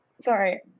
sorry –